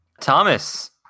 Thomas